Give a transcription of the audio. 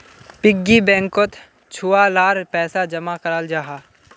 piggy बैंकोत छुआ लार पैसा जमा कराल जाहा